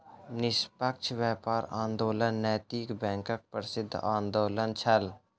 निष्पक्ष व्यापार आंदोलन नैतिक बैंकक प्रसिद्ध आंदोलन छल